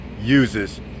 uses